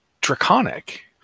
draconic